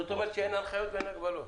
זה אומר שאין הנחיות ואין הגבלות.